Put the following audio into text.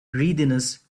greediness